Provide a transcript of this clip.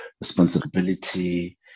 responsibility